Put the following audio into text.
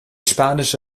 spanische